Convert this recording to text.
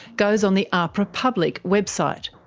goes on the ahpra public website.